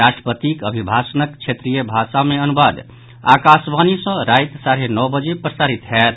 राष्ट्रपतिक अभिभाषणक क्षेत्रीय भाषा मे अनुवाद आकाशवाणी सँ राति साढ़े नओ बजे प्रसारित होयत